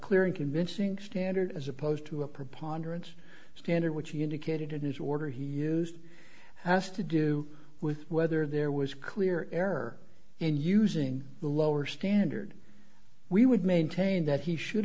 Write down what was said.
clear and convincing standard as opposed to a preponderance standard which he indicated in his order he used has to do with whether there was clear error in using the lower standard we would maintain that he should